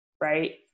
right